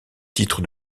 titre